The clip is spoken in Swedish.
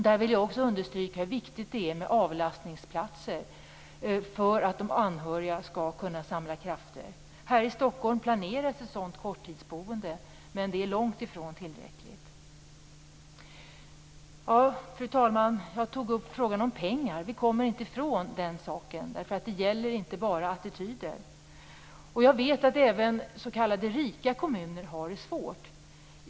Jag vill understryka hur viktigt det är med avlastningsplatser för att de anhöriga skall kunna samla krafter. Här i Stockholm planeras ett korttidsboende, men det är långt ifrån tillräckligt. Fru talman! Jag tog upp frågan om pengar. Vi kommer inte ifrån den saken. Det gäller ju inte bara attityder. Jag vet att även s.k. rika kommuner har det svårt.